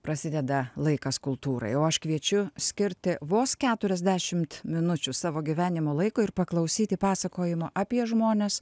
prasideda laikas kultūrai o aš kviečiu skirti vos keturiasdešimt minučių savo gyvenimo laiko ir paklausyti pasakojimo apie žmones